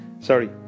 sorry